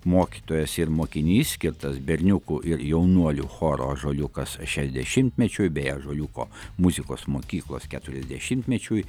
mokytojas ir mokinys skirtas berniukų ir jaunuolių choro ąžuoliukas šešiasdešimtmečiui bei ąžuoliuko muzikos mokyklos keturiasdešimtmečiui